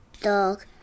Dog